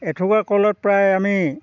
এথোকা কলত প্ৰায় আমি